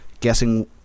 guessing